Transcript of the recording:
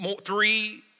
three